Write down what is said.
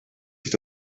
sich